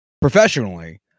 professionally